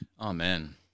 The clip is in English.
Amen